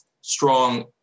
strong